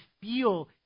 feel